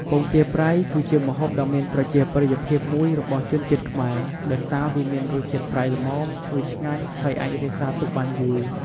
ពងទាប្រៃ គឺជាម្ហូបដ៏មានប្រជាប្រិយភាពមួយរបស់ជនជាតិខ្មែរ ដោយសារវារសជាតិប្រៃល្មម ឈ្ងុយឆ្ងាញ់ ហើយអាចរក្សាទុកបានយូរ។